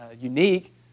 unique